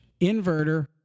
inverter